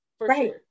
Right